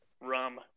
rum